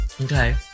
Okay